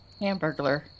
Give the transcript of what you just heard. Hamburglar